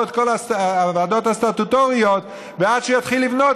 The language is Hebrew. את כל הוועדות הסטטוטוריות ועד שיתחיל לבנות,